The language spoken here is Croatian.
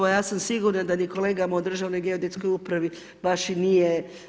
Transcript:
A ja sam sigurna da ni kolega u Državnoj geodetskoj upravi baš i nije.